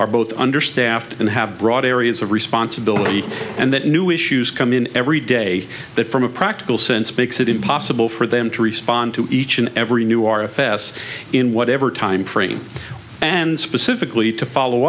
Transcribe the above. are both understaffed and have broad areas of responsibility and that new issues come in every day that from a practical sense makes it impossible for them to respond to each and every new araa fest in whatever time frame and specifically to follow